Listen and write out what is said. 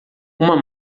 uma